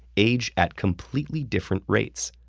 age at completely different rates.